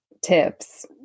tips